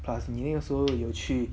plus 你那个时候有去